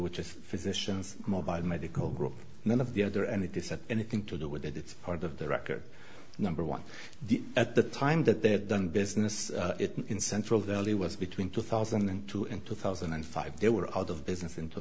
which is physicians mobile medical group none of the other and it isn't anything to do with it it's part of the record number one the at the time that they had done business in central valley was between two thousand and two and two thousand and five they were out of business in two